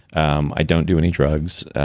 um i don't do any drugs.